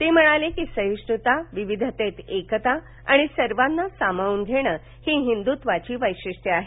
ते म्हणाले की सहिष्णुता विविधतेत एकता आणि सर्वाना सामावून घेणं ही हिंदुत्वाची वैशिष्ट्य आहेत